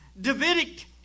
Davidic